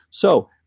so,